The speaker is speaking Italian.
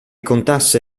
contasse